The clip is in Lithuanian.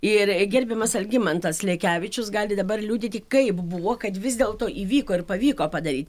ir gerbiamas algimantas lekevičius gali dabar liudyti kaip buvo kad vis dėlto įvyko ir pavyko padaryt